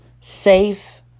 safe